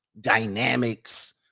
dynamics